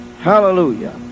Hallelujah